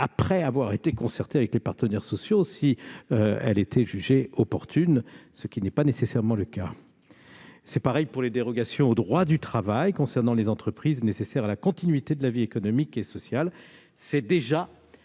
après avoir été concertée avec les partenaires sociaux si elle était jugée opportune, ce qui n'est pas nécessairement le cas. Il en va de même pour les dérogations au droit du travail concernant les entreprises nécessaires à la continuité de la vie économique et sociale